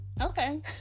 Okay